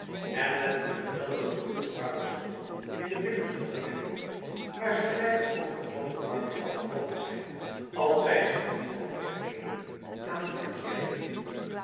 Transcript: en met een geweldige duw vooruitschoof in de binnengalerij waar ze glijdend over het gladde marmer zou gevallen zijn als zij zich niet had gegrepen aan een portière